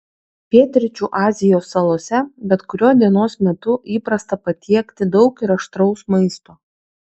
pietryčių azijos salose bet kuriuo dienos metu įprasta patiekti daug ir aštraus maisto